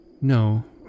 No